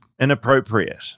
inappropriate